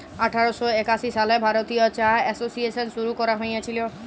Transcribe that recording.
আঠার শ একাশি সালে ভারতীয় চা এসোসিয়েশল শুরু ক্যরা হঁইয়েছিল